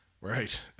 Right